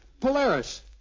Polaris